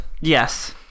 Yes